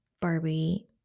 Barbie